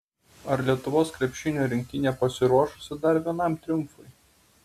ar lietuvos krepšinio rinktinė pasiruošusi dar vienam triumfui